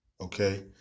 Okay